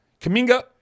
Kaminga